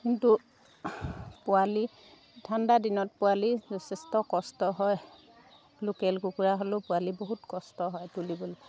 কিন্তু পোৱালি ঠাণ্ডা দিনত পোৱালি যথেষ্ট কষ্ট হয় লোকেল কুকুৰা হ'লেও পোৱালি বহুত কষ্ট হয় তুলিবলৈ